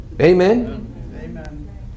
Amen